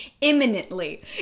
imminently